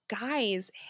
guys